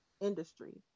industry